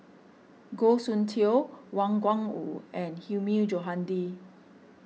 Goh Soon Tioe Wang Gungwu and Hilmi Johandi